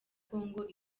congo